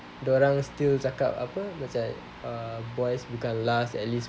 dorang still cakap apa boys become last at least